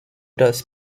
dos